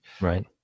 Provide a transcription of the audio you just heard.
right